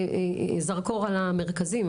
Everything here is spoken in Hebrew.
זרקור על המרכזים,